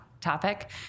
topic